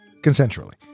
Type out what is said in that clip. Consensually